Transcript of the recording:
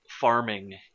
farming